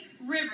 river